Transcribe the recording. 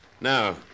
Now